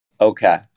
Okay